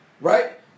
Right